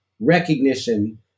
recognition